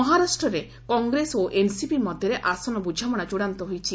ମହାରାଷ୍ଟ୍ରରେ କଂଗ୍ରେସ ଓ ଏନ୍ସିପି ମଧ୍ୟରେ ଆସନ ବୁଝାମଣା ଚ୍ଚଡାନ୍ତ ହୋଇଛି